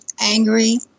angry